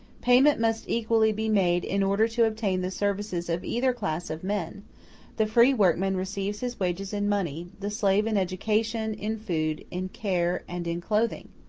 payment must equally be made in order to obtain the services of either class of men the free workman receives his wages in money, the slave in education, in food, in care, and in clothing.